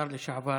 השר לשעבר,